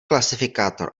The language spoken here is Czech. klasifikátor